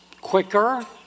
quicker